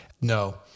no